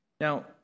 Now